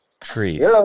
Trees